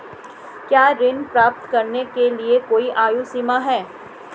क्या ऋण प्राप्त करने के लिए कोई आयु सीमा है?